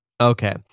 Okay